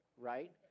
right